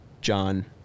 John